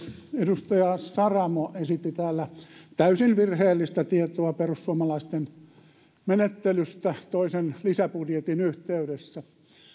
edustaja saramo esitti täällä täysin virheellistä tietoa perussuomalaisten menettelystä toisen lisäbudjetin yhteydessä